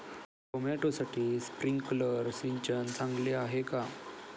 टोमॅटोसाठी स्प्रिंकलर सिंचन चांगले आहे का?